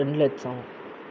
ரெண்டு லட்சம்